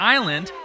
Island